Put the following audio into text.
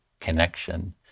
connection